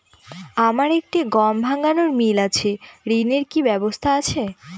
আমার একটি গম ভাঙানোর মিল আছে ঋণের কি ব্যবস্থা আছে?